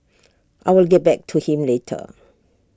I will get back to him later